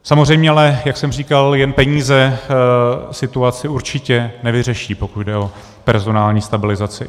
Samozřejmě ale, jak jsem říkal, jen peníze situaci určitě nevyřeší, pokud jde o personální stabilizaci.